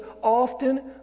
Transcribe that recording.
often